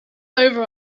over